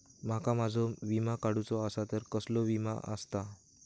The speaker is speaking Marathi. माका माझो विमा काडुचो असा तर कसलो विमा आस्ता?